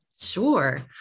Sure